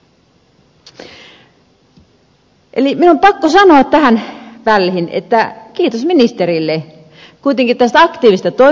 minun on pakko sanoa tähän väliin että kiitos ministerille kuitenkin tästä aktiivisesta toiminnasta